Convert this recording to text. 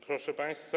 Proszę Państwa!